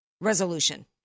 resolution